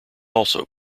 also